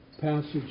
passage